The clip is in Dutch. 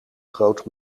groot